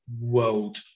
world